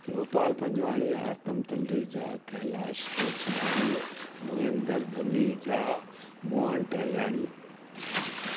Gopal Panjwani Atam Talreja Kailash Rochlani Muhendra Dhameja Mohan Tahiliani